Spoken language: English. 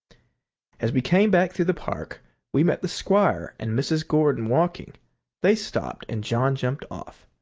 as we came back through the park we met the squire and mrs. gordon walking they stopped, and john jumped off.